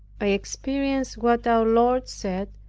i experienced what our lord said,